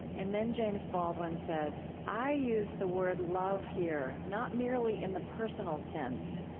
and then james baldwin says, i use the word love here not merely in the personal sense,